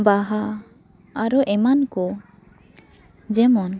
ᱵᱟᱦᱟ ᱟᱨᱚ ᱮᱢᱟᱱ ᱠᱚ ᱡᱮᱢᱚᱱ